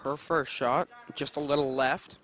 her first shot just a little left